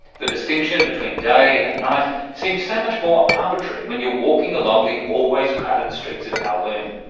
the distinction between day and night seems so much more arbitrary when you're walking along the always crowded streets of kowloon.